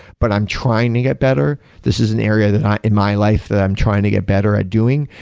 but i'm trying to get better. this is an area that in my life that i'm trying to get better at doing,